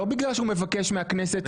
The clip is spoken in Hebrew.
לא בגלל שהוא מבקש מהכנסת ומהממשלה.